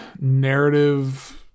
narrative